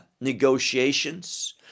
negotiations